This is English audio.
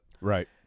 Right